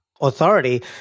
authority